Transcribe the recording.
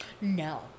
No